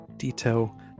detail